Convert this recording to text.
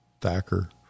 Thacker